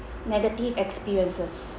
negative experiences